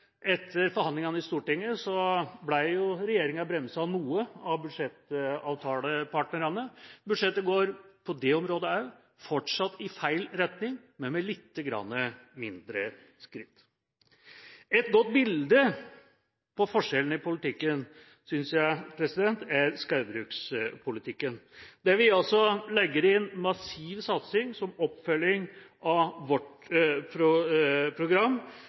etter forhandlingene i Stortinget ble jo regjeringa bremset noe av budsjettavtalepartnerne. Budsjettet går fortsatt – også på det området – i feil retning, men med lite grann mindre skritt. Et godt bilde på forskjellene i politikken synes jeg er skogbrukspolitikken. Der legger vi inn en massiv satsing som oppfølging av vårt program,